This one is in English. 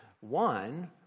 One